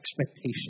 expectation